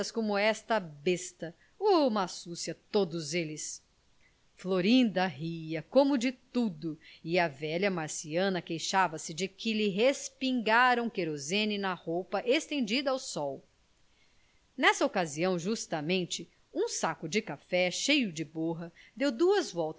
como esta besta uma súcia todos eles florinda ria como de tudo e a velha marciana queixava-se de que lhe respingaram querosene na roupa estendida ao sol nessa ocasião justamente um saco de café cheio de borra deu duas